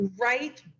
right